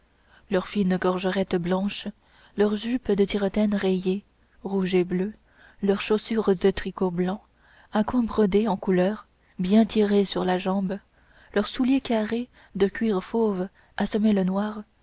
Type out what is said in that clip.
leur fine gorgerette blanche leur jupe de tiretaine rayée rouge et bleue leurs chausses de tricot blanc à coins brodés en couleur bien tirées sur la jambe leurs souliers carrés de cuir fauve à